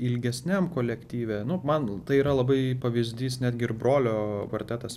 ilgesniam kolektyve nu man tai yra labai pavyzdys netgi ir brolio kvartetas